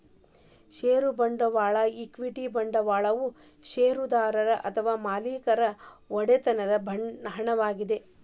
ಷೇರು ಬಂಡವಾಳದ ಈಕ್ವಿಟಿ ಬಂಡವಾಳವು ಷೇರುದಾರರು ಅಥವಾ ಮಾಲೇಕರ ಒಡೆತನದ ಹಣವಾಗಿದೆ